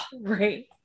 Right